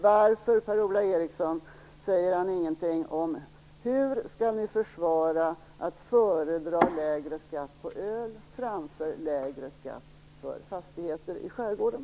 Varför säger inte Per-Ola Eriksson någonting om hur Centern skall försvara att man föredrar lägre skatt på öl framför lägre skatt på fastigheter i skärgården?